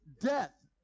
death